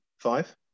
Five